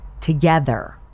together